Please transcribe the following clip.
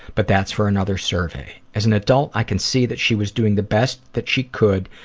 but that's for another survey. as an adult, i can see that she was doing the best that she could,